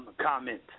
comment